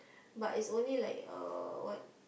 but it's only like uh what